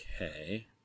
Okay